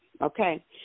Okay